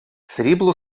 срібло